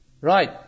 Right